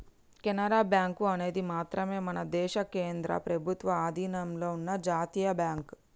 Canara bank అనేది మాత్రమే మన దేశ కేంద్ర ప్రభుత్వ అధీనంలో ఉన్న జాతీయ బ్యాంక్